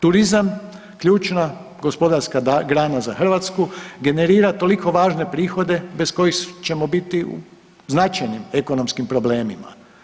Turizam, ključna gospodarska grana za Hrvatsku generira toliko važne prihode bez kojih ćemo biti u značajnim ekonomskim problemima.